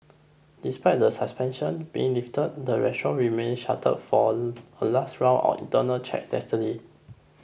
despite the suspension being lifted the restaurant remained shuttered for a last round on internal checks yesterday